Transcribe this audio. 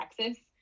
texas